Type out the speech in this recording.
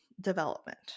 development